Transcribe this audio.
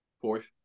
Fourth